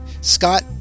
Scott